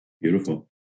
Beautiful